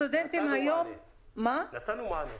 נתנו מענה.